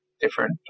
different